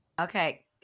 Okay